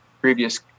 Previous